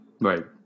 Right